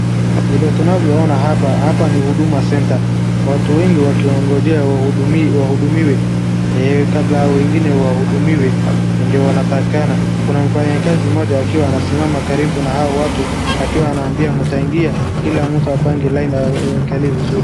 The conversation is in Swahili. Vile tunavyoona hapa, hapa ni huduma center, watu wengine wakiongojea wahudumiwe kabla wengine wahudumiwe ndo wanatakikana, kuna mfanyikazi mmoja akiwa anasimama karibu na hawa watu akiwa anawaambia mtaingia, kila mtu apange laini aonekane vizuri.